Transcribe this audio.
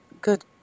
good